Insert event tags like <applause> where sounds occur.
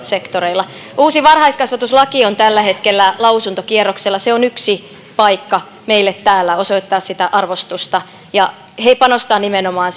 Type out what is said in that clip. sektoreilla uusi varhaiskasvatuslaki on tällä hetkellä lausuntokierroksella se on yksi paikka meille täällä osoittaa sitä arvostusta ja panostaa nimenomaan <unintelligible>